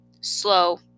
Slow